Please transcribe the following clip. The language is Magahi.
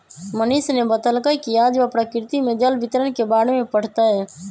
मनीष ने बतल कई कि आज वह प्रकृति में जल वितरण के बारे में पढ़ तय